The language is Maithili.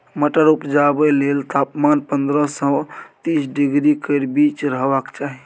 मटर उपजाबै लेल तापमान पंद्रह सँ तीस डिग्री केर बीच रहबाक चाही